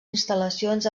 instal·lacions